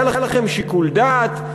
היה לכם שיקול דעת.